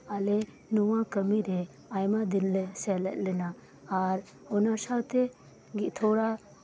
ᱟᱞᱮ ᱱᱚᱣᱟ ᱠᱟᱹᱢᱤᱨᱮ ᱟᱭᱢᱟ ᱫᱤᱱᱞᱮ ᱥᱮᱞᱮᱫ ᱞᱮᱱᱟ ᱟᱨ ᱚᱱᱟ ᱥᱟᱶᱛᱮ ᱛᱷᱚᱲᱟ